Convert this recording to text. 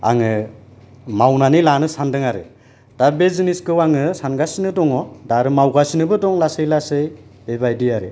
आङो मावनानै लानो सानदों आरो दा बे जिनिसखौ आङो सानगासिनो दङ दा आरो मावगासिनोबो दं लासै लासै बेबायदि आरो